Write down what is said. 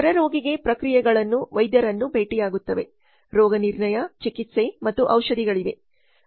ಹೊರ ರೋಗಿಗೆ ಪ್ರಕ್ರಿಯೆಗಳು ವೈದ್ಯರನ್ನು ಭೇಟಿಯಾಗುತ್ತವೆ ರೋಗನಿರ್ಣಯ ಚಿಕಿತ್ಸೆ ಮತ್ತು ಔಷಧಿಗಳಿವೆ